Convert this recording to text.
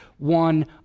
one